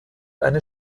eine